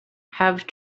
have